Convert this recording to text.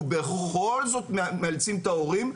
ובכל זאת מאלצים את ההורים,